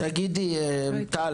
טל,